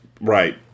Right